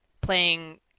playing